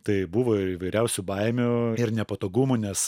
tai buvo ir įvairiausių baimių ir nepatogumų nes